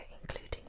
including